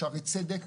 בשערי צדק,